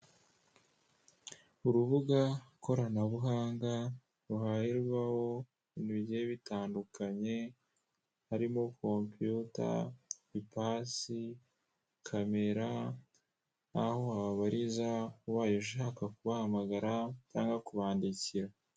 Urubuga koranabuhanga ruhahirwaho ibintu bigiye bitanndukanye harimo; computer, ipasi, camera aho bariza ubaye ushatse kubahamagara cyangwa kubandikira.